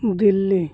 Delhi